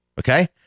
Okay